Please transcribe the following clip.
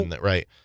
right